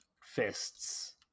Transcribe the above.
fists